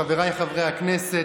חברי הכנסת,